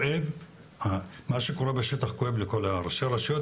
מה שקורה בשטח כואב לכל ראשי הרשויות.